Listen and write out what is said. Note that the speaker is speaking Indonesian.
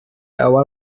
awal